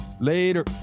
Later